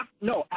No